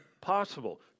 possible